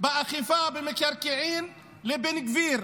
באכיפה במקרקעין לבן גביר,